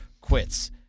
quits